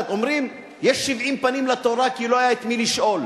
אומרים: יש שבעים פנים לתורה כי לא היה את מי לשאול.